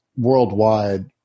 worldwide